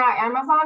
Amazon